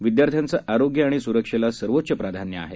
विद्यार्थ्यांचे आरोग्य आणि स्रक्षेला सर्वोच्च प्राधान्य आहे